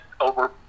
over